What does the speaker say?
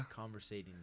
Conversating